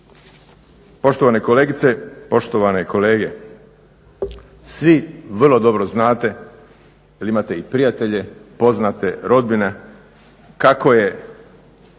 Poštovane kolegice, poštovane kolege, svi vrlo dobro znate da imate i prijatelje, poznate, rodbine, kako je